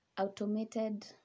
automated